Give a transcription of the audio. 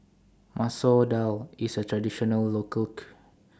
Masoor Dal IS A Traditional Local